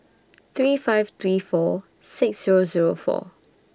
three five three four six Zero Zero four